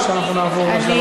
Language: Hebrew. או שאנחנו נעבור לשלב הבא?